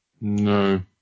No